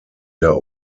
der